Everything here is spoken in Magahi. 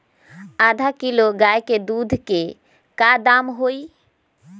आधा किलो गाय के दूध के का दाम होई?